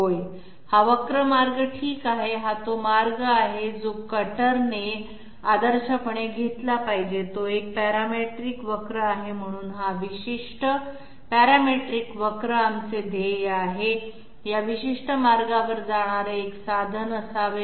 हा कर्वीलिनीअर मार्ग ठीक आहे हा तो मार्ग आहे जो कटरने आदर्शपणे घेतला पाहिजे तो एक पॅरामेट्रिक कर्वीलिनीअर आहे म्हणून हा विशिष्ट पॅरामेट्रिक कर्वीलिनीअर आमचे ध्येय आहे या विशिष्ट मार्गावर जाणारे एक साधन असावे